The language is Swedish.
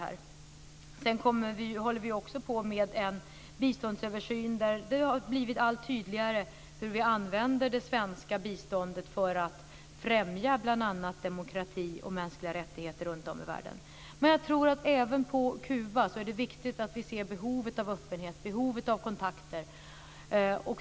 Sedan håller vi också på med en biståndsöversyn, där det har blivit allt tydligare hur vi använder det svenska biståndet för att främja bl.a. demokrati och mänskliga rättigheter runtom i världen. Men jag tror att det även på Kuba är viktigt att vi ser behovet av öppenhet och behovet av kontakter.